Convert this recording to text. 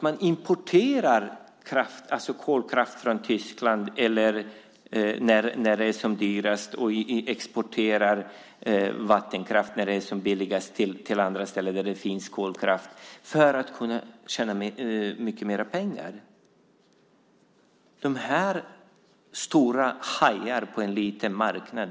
Man importerar kolkraft från Tyskland när det är som dyrast och exporterar vattenkraft när det är som billigast till andra ställen där det finns kolkraft för att kunna tjäna mer pengar. Det är stora hajar på en liten marknad.